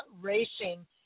racing